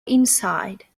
inside